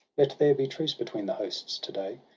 let there be truce between the hosts to-day.